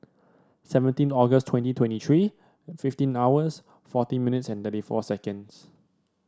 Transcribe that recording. seventeen August twenty twenty three fifteen hours forty minutes and thirty four seconds